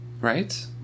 Right